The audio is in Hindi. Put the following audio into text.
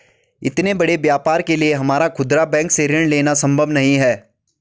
इतने बड़े व्यापार के लिए हमारा खुदरा बैंक से ऋण लेना सम्भव नहीं है